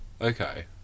Okay